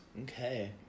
okay